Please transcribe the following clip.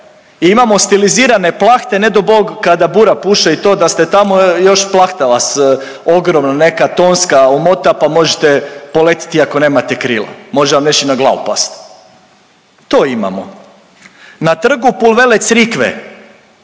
i imamo stilizirane plahte ne do bog kada bura puše i to da ste tamo još plahta vas ogromna neka tonska omota pa možete poletit iako nemate krila, može vam još i na glavu past. To imamo. Na Trgu Pul Vele Crikve,